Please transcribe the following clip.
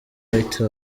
white